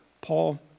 Paul